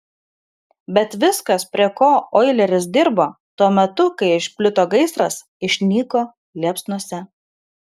bet viskas prie ko oileris dirbo tuo metu kai išplito gaisras išnyko liepsnose